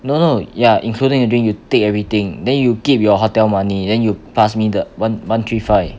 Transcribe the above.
no no ya including the drink you take everything then you keep your hotel money then you pass me the one one three five